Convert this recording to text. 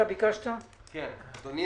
אדוני,